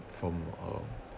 from um